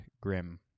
grim